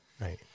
right